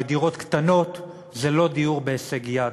ודירות קטנות זה לא דיור בהישג יד,